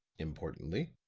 importantly,